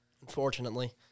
Unfortunately